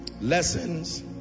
Lessons